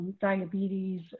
diabetes